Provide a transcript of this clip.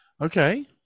Okay